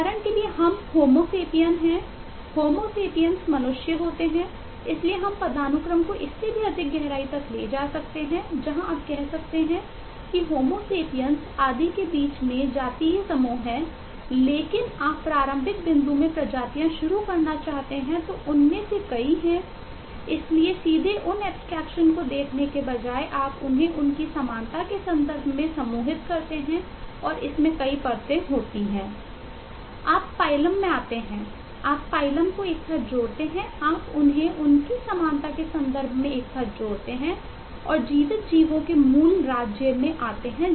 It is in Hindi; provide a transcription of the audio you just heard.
उदाहरण के लिए हम होमो सेपियन्स को देखने के बजाय आप उन्हें उनकी समानता के संदर्भ में समूहित करते हैं और इसमें कई परतें होती हैं